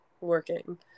working